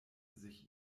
sich